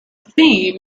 theme